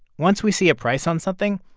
once we see a price on something,